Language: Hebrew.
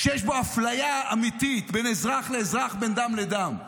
שיש בו אפליה אמיתית בין אזרח לאזרח, בין דם לדם.